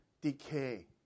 decay